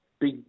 big